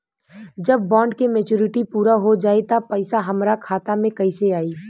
जब बॉन्ड के मेचूरिटि पूरा हो जायी त पईसा हमरा खाता मे कैसे आई?